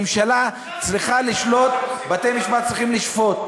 ממשלה צריכה לשלוט, בתי-המשפט צריכים לשפוט,